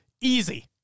Easy